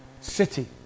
city